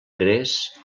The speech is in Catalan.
gres